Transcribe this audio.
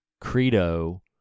credo